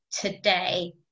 today